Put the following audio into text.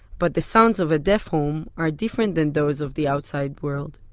but the sounds of a deaf home are different than those of the outside world.